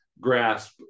grasp